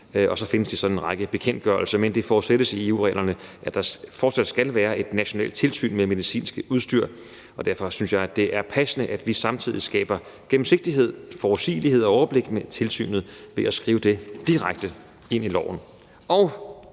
og så findes der så en række bekendtgørelser. Men det forudsættes i EU-reglerne, at der fortsat skal være et nationalt tilsyn med medicinsk udstyr, og derfor synes jeg, at det er passende, at vi samtidig skaber gennemsigtighed, forudsigelighed og overblik med tilsynet ved at skrive det direkte ind i loven.